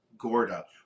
Gorda